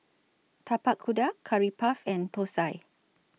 Tapak Kuda Curry Puff and Thosai